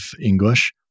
English